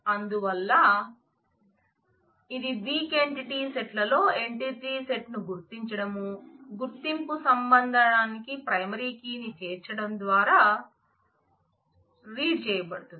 అందువల్ల ఇది weak entity set లో ఎంటిటీ సెట్ ను గుర్తించడం గుర్తింపు సంబంధానికి ప్రైమరీ కీని చేర్చడం ద్వారా రీడ్ చేయబడుతుంది